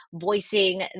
voicing